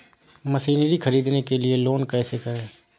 Machinery ख़रीदने के लिए लोन कैसे करें?